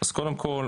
אז קודם כל,